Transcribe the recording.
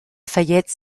fayette